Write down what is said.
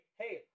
hey